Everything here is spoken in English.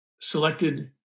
selected